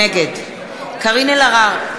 נגד קארין אלהרר,